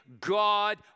God